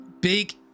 big